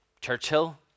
Churchill